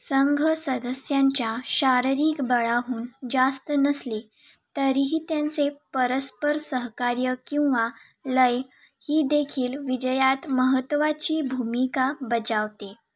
संघ सदस्यांच्या शारीरिक बळाहून जास्त नसली तरीही त्यांचे परस्पर सहकार्य किंवा लय ही देखील विजयात महत्त्वाची भूमिका बजावते